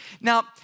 Now